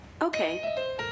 Okay